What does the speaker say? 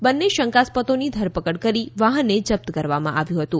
બંન્ને શંકાસ્પદોની ધરપકડ કરી વાહનને જપ્ત કરવામાં આવ્યું હતું